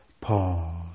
Pause